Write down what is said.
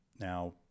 now